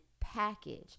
package